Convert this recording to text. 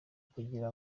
kugira